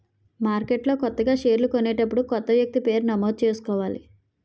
మార్కెట్లో కొత్తగా షేర్లు కొనేటప్పుడు కొత్త వ్యక్తి పేరు నమోదు చేసుకోవాలి